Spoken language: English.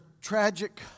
tragic